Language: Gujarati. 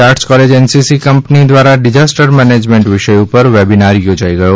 આટ્રસ કોલેજ એનસીસી કંપની દ્વારા ડિજાસ્ટર મેનેજમેંટ વિષય ઉપર વેબીનાર યોજાઇ ગયો